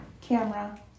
Camera